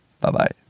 Bye-bye